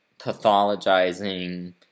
pathologizing